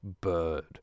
bird